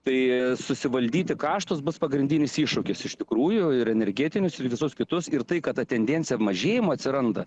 tai susivaldyti karštos bus pagrindinis iššūkis iš tikrųjų ir energetinius visus kitus ir tai kad tendenciją mažėjimo atsiranda